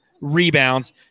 rebounds